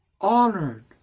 honored